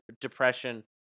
depression